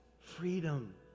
freedom